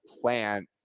plant